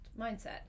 mindset